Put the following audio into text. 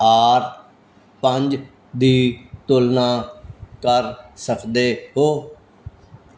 R ਪੰਜ ਦੀ ਤੁਲਨਾ ਕਰ ਸਕਦੇ ਹੋ